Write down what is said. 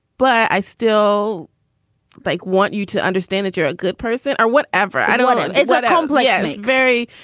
but i still like want you to understand that you're a good person or whatever. i do want um ah to um play um a very,